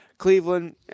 Cleveland